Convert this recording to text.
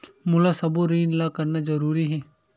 मोला सबो ऋण ला करना जरूरी हे?